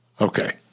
Okay